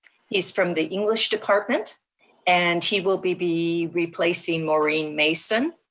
he's from the english department and he will be be replacing maureen mason.